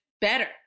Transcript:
better